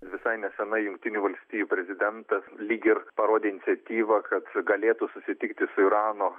visai neseniai jungtinių valstijų prezidentas lyg ir parodė iniciatyvą kad galėtų susitikti su irano